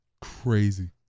crazy